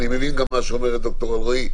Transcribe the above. אני מבין גם מה שאומרת ד"ר אלרעי,